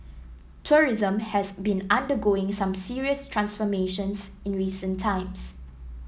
tourism has been undergoing some serious transformations in recent times